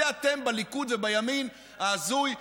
בזה אתם בליכוד ובימין ההזוי מומחים.